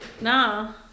No